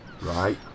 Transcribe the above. right